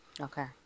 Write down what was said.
Okay